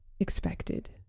expected